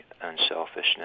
unselfishness